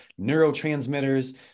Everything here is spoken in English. neurotransmitters